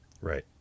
Right